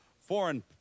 foreign